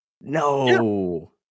no